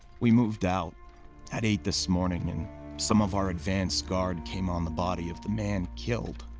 we moved out at eight this morning and some of our advanced guard came on the body of the man killed.